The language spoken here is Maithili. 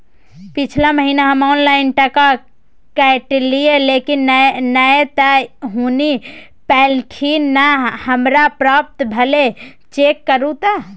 पिछला महीना हम ऑनलाइन टका कटैलिये लेकिन नय त हुनी पैलखिन न हमरा प्राप्त भेल, चेक करू त?